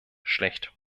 schlecht